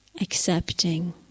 Accepting